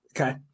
Okay